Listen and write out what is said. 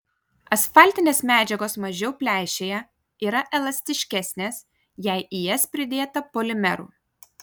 asfaltinės medžiagos mažiau pleišėja yra elastiškesnės jei į jas pridėta polimerų